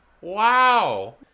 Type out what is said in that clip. wow